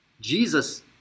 Jesus